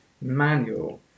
manual